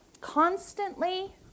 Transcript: constantly